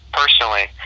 personally